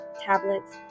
tablets